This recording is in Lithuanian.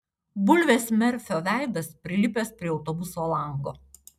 bulvės merfio veidas prilipęs prie autobuso lango